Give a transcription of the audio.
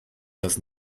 does